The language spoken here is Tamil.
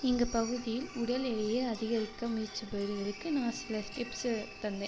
எங்கள் பகுதியில் உடல் எடையை அதிகரிக்க முயற்சிப்பவர்களுக்கு நான் சில டிப்ஸு தந்தேன்